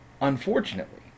Unfortunately